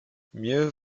mieux